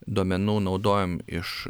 duomenų naudojom iš